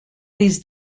these